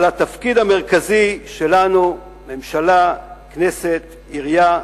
על התפקיד המרכזי שלנו, ממשלה, כנסת, עירייה,